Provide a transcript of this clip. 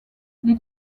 les